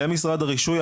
למשרד הרישוי,